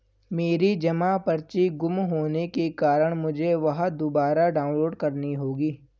मेरी जमा पर्ची गुम होने के कारण मुझे वह दुबारा डाउनलोड करनी होगी